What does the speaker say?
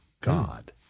God